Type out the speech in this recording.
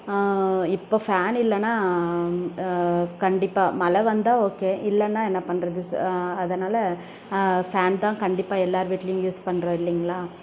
இப்போ ஃபேன் இல்லைன்னா கண்டிப்பாக மழை வந்தால் ஓகே இல்லைன்னா என்ன பண்ணுறது அதனாலே ஃபேன் தான் கண்டிப்பாக எல்லோர் வீட்லையும் யூஸ் பண்ணுறோம் இல்லைங்களா